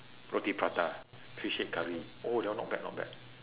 roti prata fish head curry oh that one not bad not bad